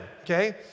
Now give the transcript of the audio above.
okay